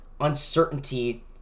uncertainty